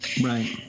Right